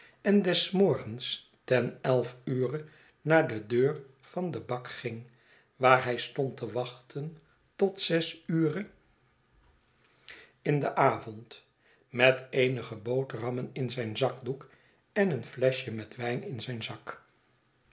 en des morgens ten elf ure naar de deur van den bak ging waar hij stond te wachten tot zes ure in schetsen van boz den avond met eenige boterhammen in zijn zakdoek en een fleschje met wijn in zijn zak